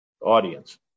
audience